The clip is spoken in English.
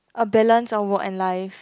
a balance on work and life